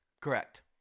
Correct